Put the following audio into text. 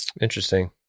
Interesting